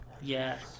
yes